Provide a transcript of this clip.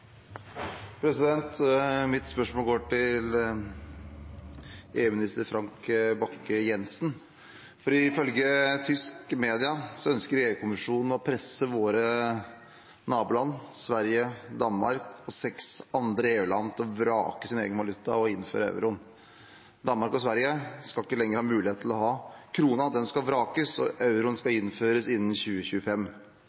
Mitt spørsmål går til EU-minister Frank Bakke-Jensen. Ifølge tysk media ønsker EU-kommisjonen å presse våre naboland – Sverige og Danmark – og seks andre EU-land til å vrake sin egen valuta og innføre euroen. Danmark og Sverige skal ikke lenger ha muligheten til å ha kronen – den skal vrakes, og euroen skal